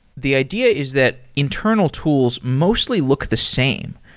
the idea is that internal tools mostly look the same.